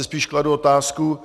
Spíš si kladu otázku.